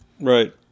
right